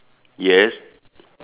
yes